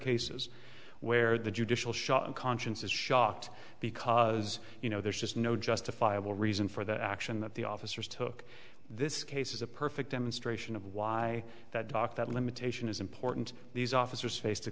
cases where the judicial shot of conscience is shocked because you know there's just no justifiable reason for the action that the officers took this case is a perfect demonstration of why that talk that limitation is wouldn't these officers face